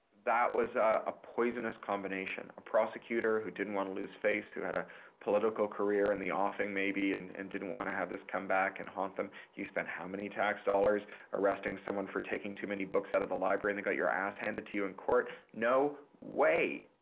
that was a poisnous combination. a prosecutor who didn't want to lose face, who had a political carrer in the offing may be and and didn't want to have this to come back and haunt them. you spent how many tax dollars arresting someone for taking too many books out of the library and got your ass handed to you in court. no way!